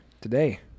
Today